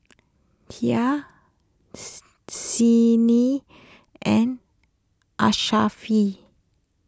Dhia Senin and